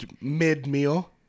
Mid-meal